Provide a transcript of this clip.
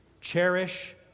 Cherish